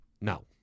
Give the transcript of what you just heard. No